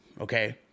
Okay